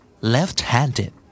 Left-handed